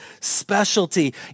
specialty